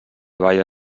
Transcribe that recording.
balla